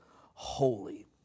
holy